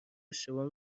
اشتباه